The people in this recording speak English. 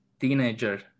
teenager